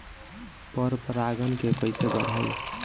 पर परा गण के कईसे बढ़ाई?